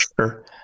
sure